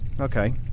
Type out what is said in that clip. Okay